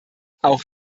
auch